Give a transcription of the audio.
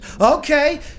okay